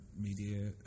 media